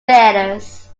failures